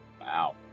Wow